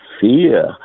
fear